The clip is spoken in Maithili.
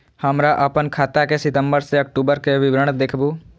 हमरा अपन खाता के सितम्बर से अक्टूबर के विवरण देखबु?